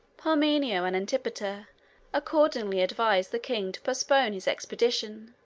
parmenio and antipater accordingly advised the king to postpone his expedition.